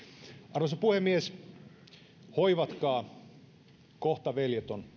arvoisa puhemies hoivatkaa kohta veljet on